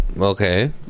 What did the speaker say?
Okay